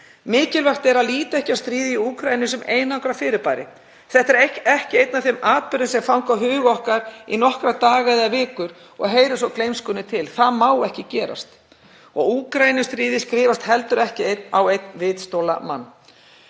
Mikilvægt er að líta ekki á stríð í Úkraínu sem einangrað fyrirbæri. Þetta er ekki einn af þeim atburðum sem fanga hug okkar í nokkra daga eða vikur og heyrir svo gleymskunni til. Það má ekki gerast. Og Úkraínustríðið skrifast heldur ekki á einn vitstola mann.